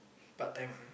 part-time ah